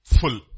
full